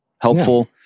helpful